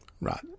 Right